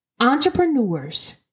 entrepreneurs